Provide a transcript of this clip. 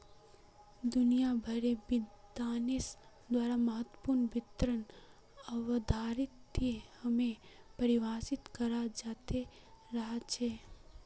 दुनिया भरेर विद्वानेर द्वारा महत्वपूर्ण वित्त अवधारणाएं हमेशा परिभाषित कराल जाते रहल छे